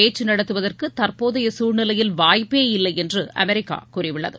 பேச்சுநடத்துவதற்குதற்போதையசூழ்நிலையில் வாய்ப்பே ஈராறுடன் இல்லைஎன்றுஅமெரிக்காகூறியுள்ளது